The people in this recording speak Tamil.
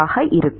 ஆக இருக்கும்